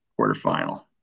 quarterfinal